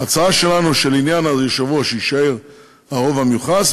ההצעה שלנו היא שלעניין היושב-ראש יישאר הרוב המיוחס,